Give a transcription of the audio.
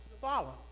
follow